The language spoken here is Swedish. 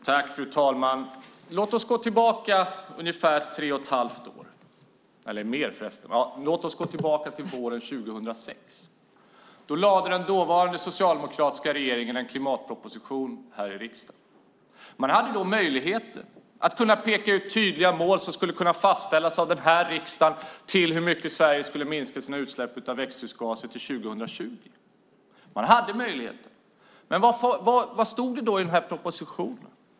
Fru ålderspresident! Låt oss gå tillbaka ungefär tre och ett halvt år, eller kanske lite mer, till våren 2006. Då lade den dåvarande socialdemokratiska regeringen fram en klimatproposition här i riksdagen. Man hade då möjligheten att peka ut tydliga mål som skulle kunna fastställas av riksdagen för hur mycket Sverige skulle minska sina utsläpp av växthusgaser till 2020. Man hade den möjligheten. Men vad stod det då i propositionen?